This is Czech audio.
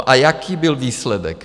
No, a jaký byl výsledek?